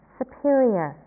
superior